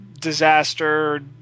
disaster